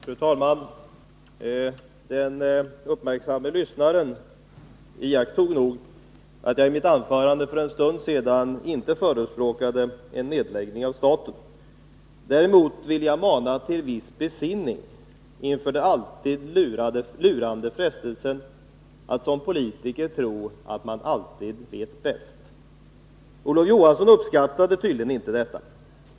Fru talman! Den uppmärksamme lyssnaren iakttog nog att jag i mitt anförande för en stund sedan inte förespråkade en nedläggning av staten. Däremot ville jag mana till en viss besinning inför den ständigt lurande frestelsen att som politiker tro att man alltid vet bäst. Olof Johansson uppskattade tydligen inte detta.